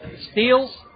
steals